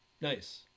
Nice